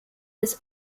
des